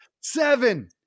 Seven